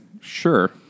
sure